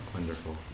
Wonderful